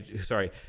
sorry